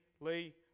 Lee